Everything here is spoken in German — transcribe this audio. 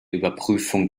überprüfung